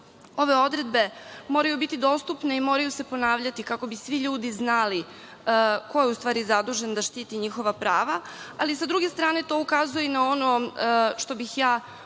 ove odredbe moraju biti dostupne i moraju se ponavljati, kako bi svi ljudi znali ko je u stvari zadužen da štiti njihova prava, ali sa druge strane, to ukazuje i na ono što bih ja očekivala